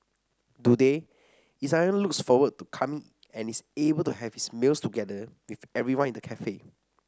today Isaiah looks forward to coming and is able to have his meals together with everyone in the cafe